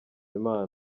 imana